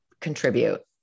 contribute